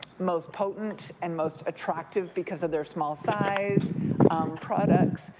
most potent and most attractive because of their small size products,